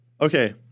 Okay